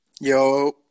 Yo